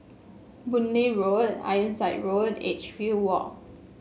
Boon Lay Way Ironside Road Edgefield Walk